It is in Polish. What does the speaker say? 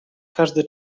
każdy